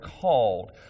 called